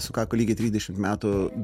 sukako lygiai trisdešim metų